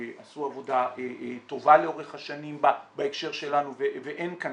עשו עבודה טובה לאורך השנים בהקשר שלנו ואין כאן